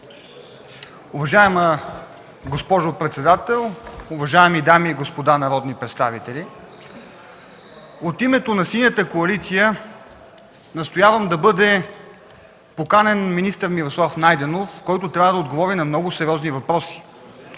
Уважаема госпожо председател, уважаеми дами и господа народни представители! От името на Синята коалиция настоявам да бъде поканен министър Мирослав Найденов, който трябва да отговори на много сериозни въпроси.